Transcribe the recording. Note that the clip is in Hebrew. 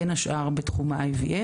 בין השאר בתחום ה-IVF,